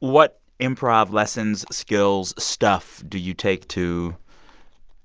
what improv lessons, skills, stuff do you take to